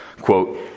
Quote